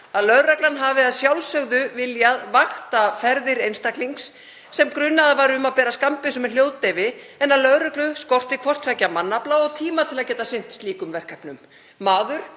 að lögreglan hafi að sjálfsögðu viljað vakta ferðir einstaklings sem grunaður var um að bera skammbyssu með hljóðdeyfi, en að lögreglu skorti hvort tveggja mannafla og tíma til að geta sinnt slíkum verkefnum.